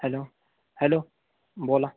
hello hello बोला